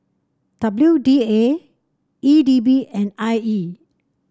W D A E D B and I E